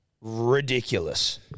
ridiculous